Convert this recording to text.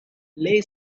lay